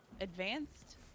Advanced